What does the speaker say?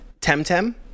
Temtem